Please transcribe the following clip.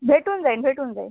भेटून जाईन भेटून जाईन